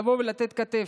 לבוא ולתת כתף.